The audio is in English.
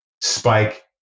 Spike